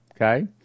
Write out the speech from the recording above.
Okay